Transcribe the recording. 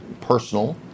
personal